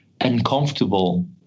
uncomfortable